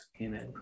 Amen